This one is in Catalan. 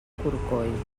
corcoll